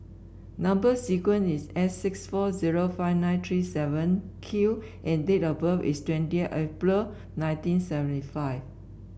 number sequence is S six four zero five nine three seven Q and date of birth is twenty April nineteen seventy five